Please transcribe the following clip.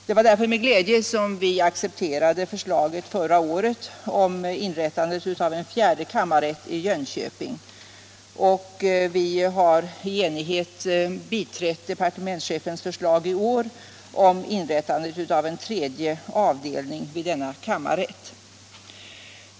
Det var därför med glädje som vi förra året accepterade förslaget om inrättandet av en fjärde kammarrätt i Jönköping, och i år har vi i enighet biträtt departementschefens förslag om inrättande av en tredje avdelning vid denna kammarrätt.